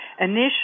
Initially